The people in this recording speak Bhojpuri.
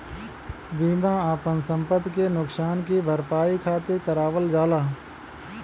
बीमा आपन संपति के नुकसान की भरपाई खातिर करावल जाला